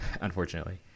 Unfortunately